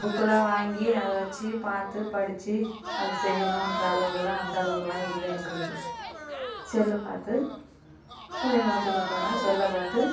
புக்குலாம் வாங்கி அதை வச்சு பார்த்து படித்து அதை செய்யணுன்கிற அளவுக்குலாம் அந்தளவுக்குலாம் இல்லை எங்களுக்கு செல்லை பார்த்து பிள்ளைங்க வச்சுக் கொடுத்ததுனா செல்லை பார்த்து